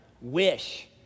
wish